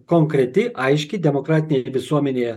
konkreti aiški demokratinėje visuomenėje